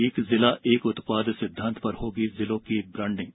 एक जिला एक उत्पाद सिद्वान्त पर होगी जिलों की ब्राण्डिंग